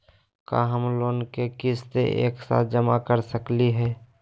का हम लोन के किस्त एक साथ जमा कर सकली हे?